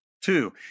Two